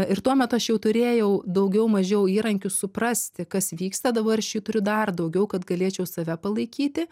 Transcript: ir tuo metu aš jau turėjau daugiau mažiau įrankių suprasti kas vyksta dabar aš jų turiu dar daugiau kad galėčiau save palaikyti